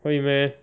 会 meh